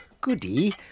goody